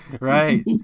Right